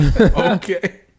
Okay